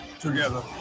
together